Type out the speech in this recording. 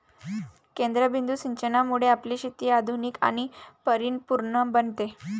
केंद्रबिंदू सिंचनामुळे आपली शेती आधुनिक आणि परिपूर्ण बनते